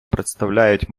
представляють